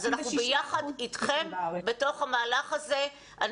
אז אנחנו ביחד אתכם בתוך המהלך הזה.